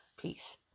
Peace